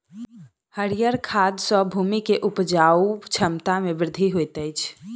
हरीयर खाद सॅ भूमि के उपजाऊ क्षमता में वृद्धि होइत अछि